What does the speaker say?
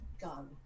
Gone